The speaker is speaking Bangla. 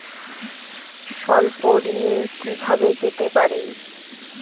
স্বল্প ঋণ কিভাবে পেতে পারি?